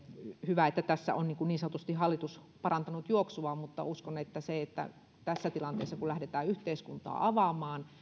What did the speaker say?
hyvä että tässä on hallitus niin sanotusti parantanut juoksuaan mutta uskon että tässä tilanteessa kun lähdetään yhteiskuntaa avaamaan